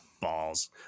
balls